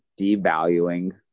devaluing